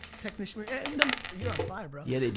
technician, you're and and you're on fire bro. yeah.